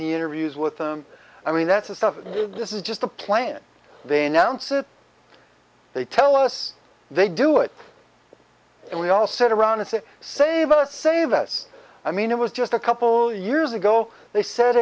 the interviews with them i mean that's the stuff did this is just a plan they announce it they tell us they do it and we all sit around and say save us save us i mean it was just a couple years ago they s